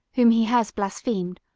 whom he has blasphemed,